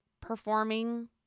performing